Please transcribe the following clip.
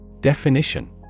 Definition